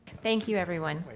thank you everyone.